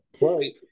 Right